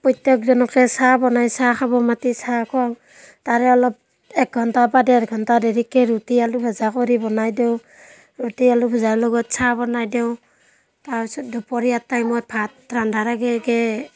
প্ৰত্যেকজনকে চাহ বনাই চাহ খাব মাতি চাহ খুৱাওঁ তাৰে অলপ একঘন্টা বা ডেৰঘন্টা দেৰিকৈ ৰুটী আলু ভজা কৰি বনাই দিওঁ ৰুটী আলু ভজাৰ লগত চাহ বনাই দেওঁ তাৰ পাছত দুপৰীয়া টাইমত ভাত ৰন্ধাৰ আগে আগে